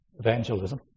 evangelism